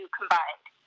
combined